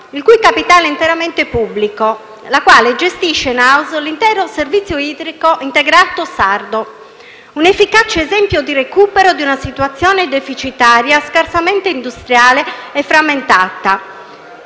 il cui capitale è interamente pubblico, la quale gestisce *in house* l'intero servizio idrico integrato sardo. «Un efficace esempio di recupero di una situazione deficitaria scarsamente industriale e frammentata